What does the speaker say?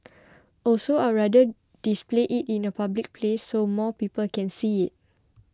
also I'd rather display it in a public place so more people can see it